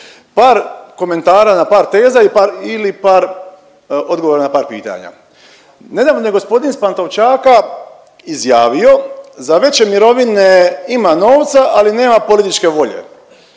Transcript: Par komentara na par teza ili par odgovora na par pitanja. Nedavno je g. s Pantovčaka izjavio, za veće mirovine ima novca, ali nema političke volje